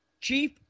chief